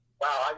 Wow